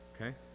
Okay